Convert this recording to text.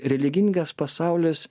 religingas pasaulis